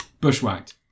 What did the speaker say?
Bushwhacked